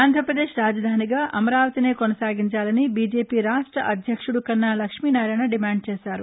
ఆంధ్రాపదేశ్ రాజధానిగా అమరావతినే కొనసాగించాలని బీజేపీ రాష్ట్రఅధ్యక్షుడు కన్నా లక్ష్మీనారాయణ డిమాండ్ చేశారు